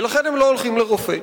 ולכן הם לא הולכים לרופא,